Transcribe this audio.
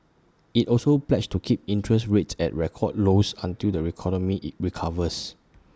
IT also pledged to keep interest rates at record lows until the economy recovers